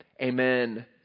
Amen